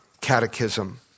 Catechism